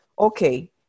okay